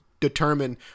determine